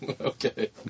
Okay